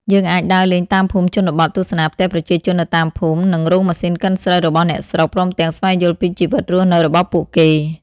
យើងអាចដើរលេងតាមភូមិជនបទ ទស្សនាផ្ទះប្រជាជននៅតាមភូមិ និងរោងម៉ាស៊ីនកិនស្រូវរបស់អ្នកស្រុក ព្រមទាំងស្វែងយល់ពីជីវិតរស់នៅរបស់ពួកគេ ។